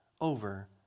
over